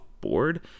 board